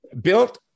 built